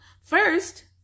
First